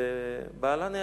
ובעלה נהרג.